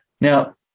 Now